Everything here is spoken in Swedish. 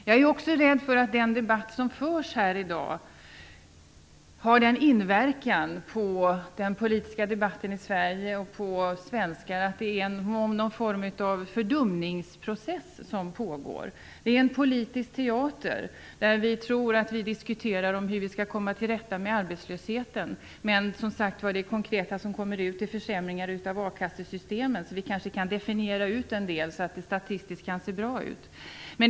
Jag är också rädd för att den debatt som förs här i dag inverkar på den politiska debatten i Sverige och på svenskar så att det blir någon form av fördumningsprocess. Det är en politisk teater där vi tror att vi diskuterar hur vi skall komma till rätta med arbetslösheten. Men det konkreta som kommer ut av detta är, som sagt, försämringar av a-kassesystemet. Därför kanske vi kan definiera en del, så att det kan se bra ut statistiskt.